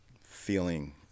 feeling